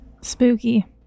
Spooky